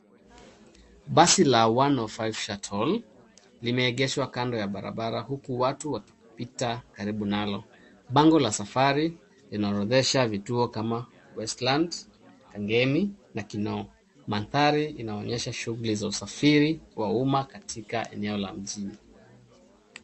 Basi la 105 shuttle limeegeshwa kando ya barabara huku watu wakipita karibu nalo. Bango la safari linaorodhesha vituo kama Westlands, Kangemi na Kinoo. Mandhari inaonyesha shughuli za usafiri wa umma katika eneo la mjini.